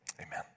Amen